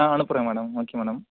ஆ அனுப்புகிறேன் madam okay madam